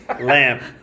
Lamp